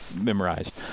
memorized